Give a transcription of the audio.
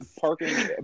parking